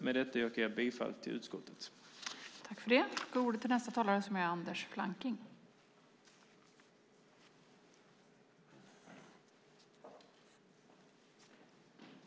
Med detta yrkar jag bifall till utskottets förslag i betänkandet.